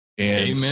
Amen